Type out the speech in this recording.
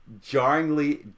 jarringly